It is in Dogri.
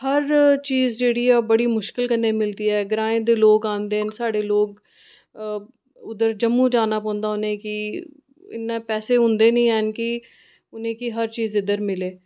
हर चीज़ जेह्ड़ी ऐ बड़ी मुश्किल कन्नै मिलदी ऐ ग्राएं दे लोक आंदे न साढ़े लोक उद्धर जम्मू जाना पौंदा उ'नेंगी इ'न्ने पैसे होंदे नेईं हैन कि उ'नेंगी हर चीज इद्धर मिले